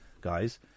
guys